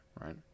right